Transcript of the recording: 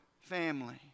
family